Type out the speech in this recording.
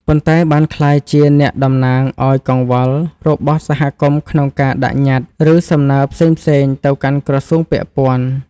ប៉ុន្តែបានក្លាយជាអ្នកតំណាងឱ្យកង្វល់របស់សហគមន៍ក្នុងការដាក់ញត្តិ ឬសំណើផ្សេងៗទៅកាន់ក្រសួងពាក់ព័ន្ធ។